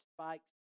spikes